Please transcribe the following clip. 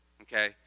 okay